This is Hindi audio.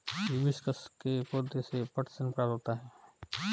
हिबिस्कस के पौधे से पटसन प्राप्त होता है